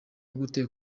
gute